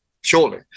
Surely